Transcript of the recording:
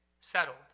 settled